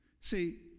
See